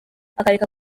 akareka